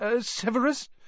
Severus